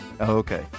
Okay